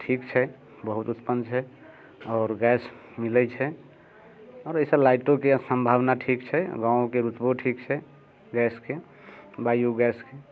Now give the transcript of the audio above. ठीक छै बहुत उत्तम छै आओर गैस मिलै छै आओर एहिसँ लाइटोके सम्भावना ठीक छै गामके रुतबो ठीक छै गैसके बायो गैसके